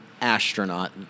astronaut